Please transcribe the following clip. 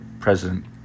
president